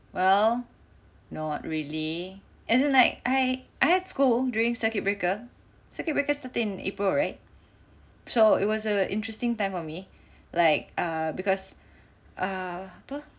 well not really as in like I I at school during circuit breaker circuit breaker's thirteen April right so it was a interesting time for me like err because err apa